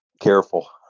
careful